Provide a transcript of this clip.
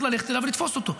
וצריך ללכת אליו ולתפוס אותו.